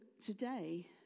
today